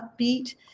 upbeat